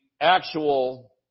actual